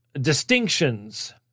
distinctions